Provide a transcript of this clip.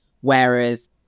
whereas